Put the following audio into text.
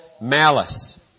malice